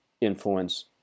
influence